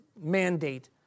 mandate